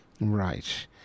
Right